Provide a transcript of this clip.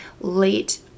late